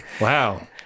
Wow